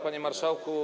Panie Marszałku!